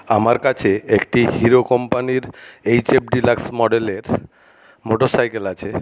আমার কাছে একটি হিরো কম্পানির এইচ এফ ডিলাক্স মডেলের মোটর সাইকেল আছে